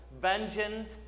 Vengeance